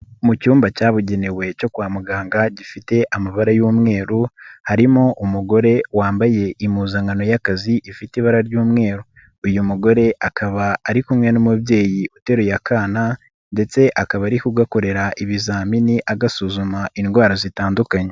Mu cyumba cyabugenewe cyo kwa muganga gifite amabara y'umweru harimo umugore wambaye impuzankano y'akazi ifite ibara ry'umweru, uyu mugore akaba ari kumwe n'umubyeyi uteruye akana ndetse akaba ari kugakorera ibizamini agasuzuma indwara zitandukanye.